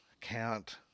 count